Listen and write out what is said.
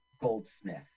Goldsmith